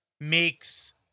makes